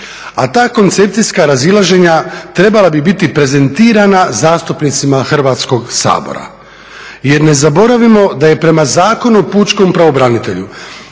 A ta koncepcijska razilaženja trebala bi biti prezentirana zastupnicima Hrvatskog sabora. Jer ne zaboravimo da je prema Zakonu o pučkom pravobranitelju,